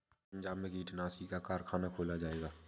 पंजाब में कीटनाशी का कारख़ाना खोला जाएगा